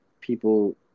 People